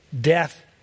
death